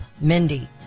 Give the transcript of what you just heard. Mindy